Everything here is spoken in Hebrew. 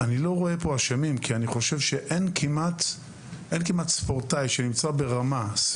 אשמים כי אני חושב שאין כמעט ספורטאי ברמה טובה,